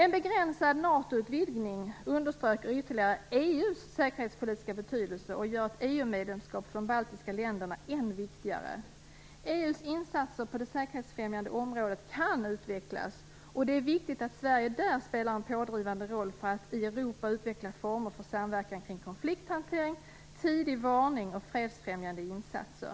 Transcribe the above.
En begränsad NATO-utvidgning understryker ytterligare EU:s säkerhetspolitiska betydelse och gör ett EU-medlemskap för de baltiska länderna än viktigare. EU:s insatser på det säkerhetsfrämjande området kan utvecklas. Det är viktigt att Sverige där spelar en pådrivande roll för att i Europa utveckla former för samverkan kring konflikthantering, tidig varning och fredsfrämjande insatser.